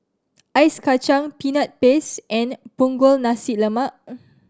Ice Kachang Peanut Paste and Punggol Nasi Lemak